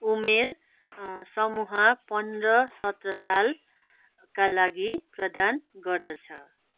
उमेर समूह पन्ध्र सत्र सालका लागि प्रदान गर्दछ